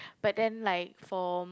but then like for